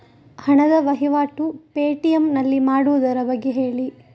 ಹಣದ ವಹಿವಾಟು ಪೇ.ಟಿ.ಎಂ ನಲ್ಲಿ ಮಾಡುವುದರ ಬಗ್ಗೆ ಹೇಳಿ